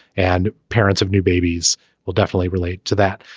and parents of new babies will definitely relate to that.